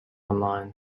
online